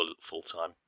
full-time